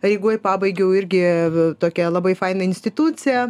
rygoj pabaigiau irgi tokią labai fainą instituciją